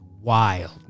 wild